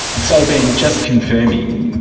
so ben, just confirming,